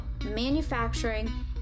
manufacturing